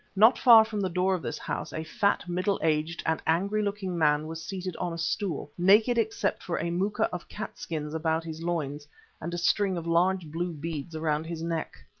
not far from the door of this house a fat, middle-aged and angry-looking man was seated on a stool, naked except for a moocha of catskins about his loins and a string of large blue beads round his neck.